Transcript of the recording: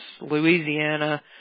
Louisiana